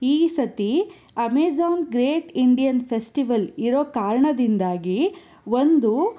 ಈ ಸತಿ Amazon Great Indian Festival ಇರೋ ಕಾರಣದಿಂದಾಗಿ ಒಂದು